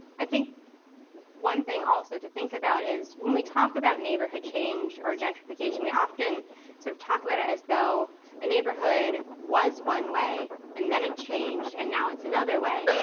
i think one thing also to think about is, when we talk about neighborhood change or gentrification, we often sort of talk about it as though the neighborhood was one way and then it changed, and now it's another way.